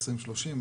2030,